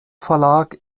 verlag